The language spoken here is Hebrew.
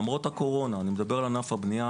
למרות הקורונה אני מדבר על ענף הבנייה,